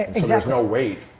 exactly. no weight.